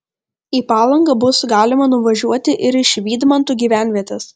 į palangą bus galima nuvažiuoti ir iš vydmantų gyvenvietės